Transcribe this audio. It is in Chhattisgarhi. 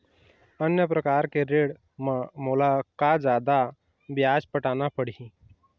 अन्य प्रकार के ऋण म मोला का जादा ब्याज पटाना पड़ही?